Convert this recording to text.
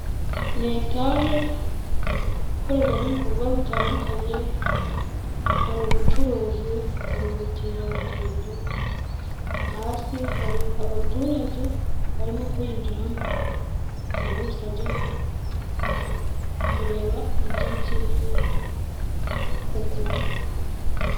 Ni etaje ikorerwamo ibikorwa bitandukanye hari ubucuruzi, hari ubukerarugendo, hasi hari abaturage barimo kuyinjiramo buri wese ajya kureba ibyo akeneye kugura.